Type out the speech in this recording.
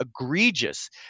egregious